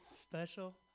special